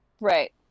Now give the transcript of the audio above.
Right